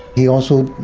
he also